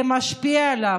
זה משפיע עליו.